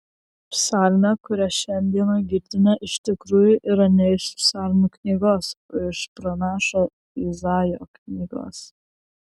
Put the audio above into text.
psalmė kurią šiandieną girdime iš tikrųjų yra ne iš psalmių knygos o iš pranašo izaijo knygos